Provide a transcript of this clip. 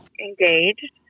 engaged